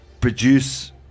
produce